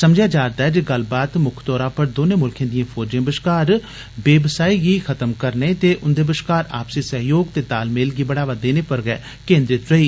समझेआ जारदा ऐ जे गल्लबात मुक्ख तौरा पर दोनें मुल्खें दिए फौजें बश्कार बेबसाही गी खत्म करने ते उन्दे बश्कार आपसी सहयोग ते तालमेल गी बढ़ावा देने पर गै केन्द्रित रेही